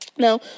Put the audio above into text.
Now